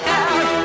out